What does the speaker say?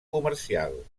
comercial